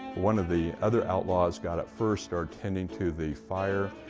one of the other outlaws got up first, start tending to the fire,